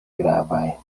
gravaj